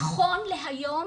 נכון להיום